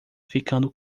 ficando